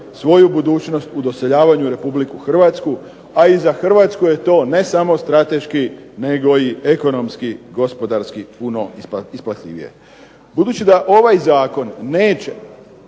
svoju budućnost u doseljavanju u Republiku Hrvatsku, a i za Hrvatsku je to ne samo strateški nego i ekonomski gospodarski puno isplativije. Budući da ovaj zakon neće